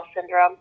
syndrome